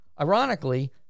Ironically